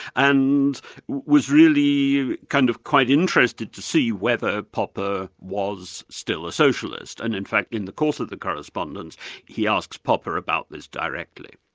and was really kind of quite interested to see whether popper was still a socialist, and in fact in the course of the correspondence he asked popper about this directly.